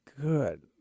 good